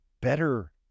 better